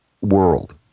world